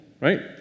right